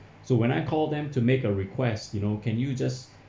so when I call them to make a request you know can you just